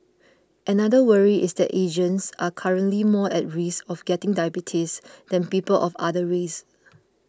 another worry is that Asians are currently more at risk of getting diabetes than people of other races